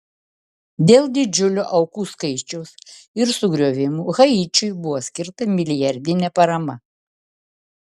dėl didžiulio aukų skaičiaus ir sugriovimų haičiui buvo skirta milijardinė parama